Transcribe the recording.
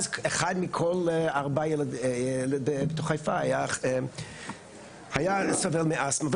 אז אחד מכל ארבע ילדים במפרץ חיפה היה סובל מאסטמה.